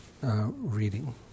reading